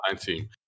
team